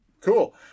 cool